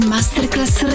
Masterclass